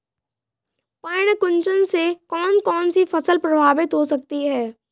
पर्ण कुंचन से कौन कौन सी फसल प्रभावित हो सकती है?